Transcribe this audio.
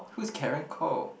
who's Karen Koh